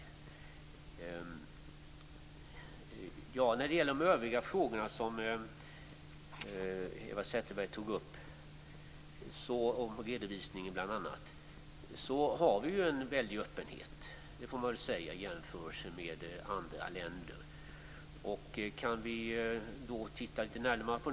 Som svar på Eva Zetterbergs övriga frågor, om bl.a. redovisningen, kan jag säga att vi i jämförelse med andra länder har en väldig öppenhet.